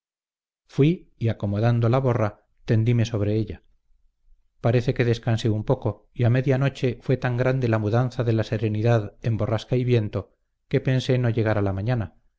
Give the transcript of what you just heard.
fui y acomodando la borra tendime sobre ella parece que descansé un poco y a media noche fue tan grande la mudanza de la serenidad en borrasca y viento que pensé no llegar a la mañana